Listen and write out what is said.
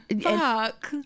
fuck